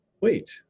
wait